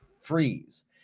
freeze